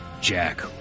Jack